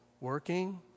working